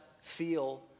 feel